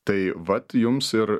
tai vat jums ir